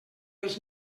els